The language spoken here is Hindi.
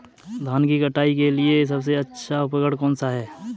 धान की कटाई के लिए सबसे अच्छा उपकरण कौन सा है?